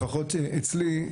לפחות אצלי,